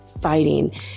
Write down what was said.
fighting